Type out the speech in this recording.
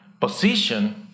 position